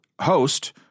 host